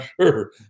sure